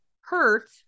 hurt